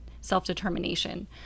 self-determination